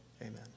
Amen